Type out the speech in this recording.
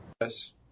Yes